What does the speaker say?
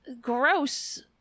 Gross